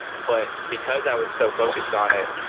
but because i was so focused on it,